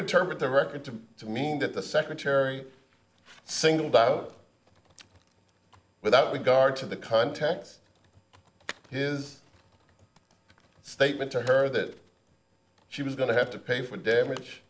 target the record to mean that the secretary singled out without regard to the contacts his statement to her that she was going to have to pay for damage